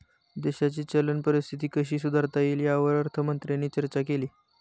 देशाची चलन परिस्थिती कशी सुधारता येईल, यावर अर्थमंत्र्यांनी चर्चा केली